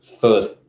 first